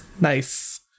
nice